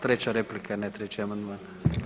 Treća replika, a ne treći amandman.